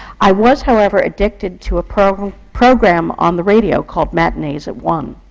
i was, however, addicted to a program program on the radio, called matinees at one.